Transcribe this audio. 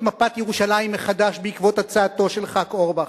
מפת ירושלים מחדש בעקבות הצעתו של ח"כ אורבך.